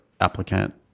applicant